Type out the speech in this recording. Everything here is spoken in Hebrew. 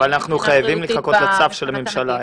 אבל אנחנו חייבים לחכות לצו של הממשלה,